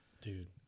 Dude